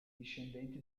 discendenti